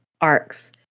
arcs